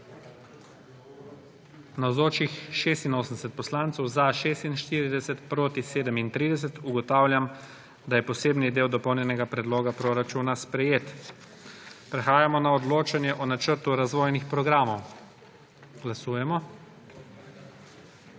37. (Za je glasovalo 46.)(Proti 37.) Ugotavljam, da je posebni del Dopolnjenega predloga proračuna sprejet. Prehajamo na odločanje o Načrtu razvojnih programov. Glasujemo.